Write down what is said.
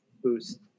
Boost